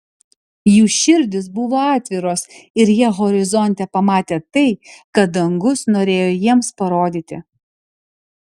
jų širdys buvo atviros ir jie horizonte pamatė tai ką dangus norėjo jiems parodyti